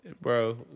Bro